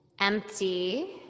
empty